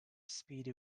speedy